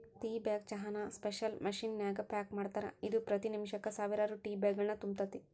tea bag ಚಹಾನ special machine ನ್ಯಾಗ pack ಮಾಡ್ತಾರ, ಇದು ಪ್ರತಿ ನಿಮಿಷಕ್ಕ ಸಾವಿರಾರು ಟೇಬ್ಯಾಗ್ಗಳನ್ನು ತುಂಬತೇತಿ